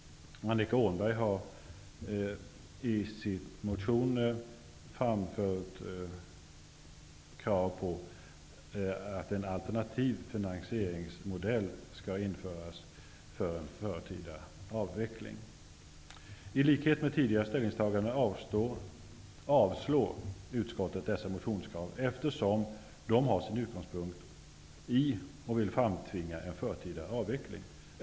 Annika Åhnberg har i sin motion framfört krav på en alternativ modell för finansiering av en förtida avveckling. I likhet med tidigare ställningstaganden avstyrker utskottet dessa motionskrav, eftersom de har sin utgångspunkt i och vill framtvinga en förtida avveckling.